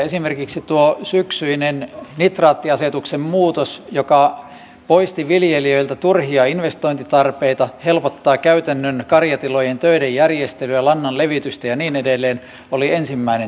esimerkiksi tuo syksyinen nitraattiasetuksen muutos joka poisti viljelijöiltä turhia investointitarpeita helpottaa käytännön karjatilojen töiden järjestelyä lannan levitystä ja niin edelleen oli ensimmäinen toimi